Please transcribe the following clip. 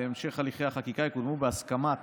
המשך הליכי החקיקה יקודמו בהסכמת